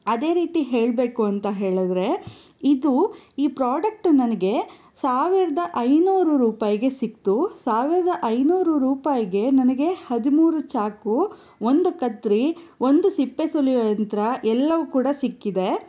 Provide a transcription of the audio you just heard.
ಅದೇ ರೀತಿ ಹೇಳಬೇಕು ಅಂತ ಹೇಳಿದರೆ ಇದು ಈ ಪ್ರಾಡಕ್ಟ್ ನನಗೆ ಸಾವಿರದ ಐನೂರು ರೂಪಾಯಿಗೆ ಸಿಕ್ತು ಸಾವಿರದ ಐನೂರು ರೂಪಾಯಿಗೆ ನನಗೆ ಹದಿಮೂರು ಚಾಕು ಒಂದು ಕತ್ತರಿ ಒಂದು ಸಿಪ್ಪೆ ಸುಲಿಯುವ ಯಂತ್ರ ಎಲ್ಲವೂ ಕೂಡ ಸಿಕ್ಕಿದೆ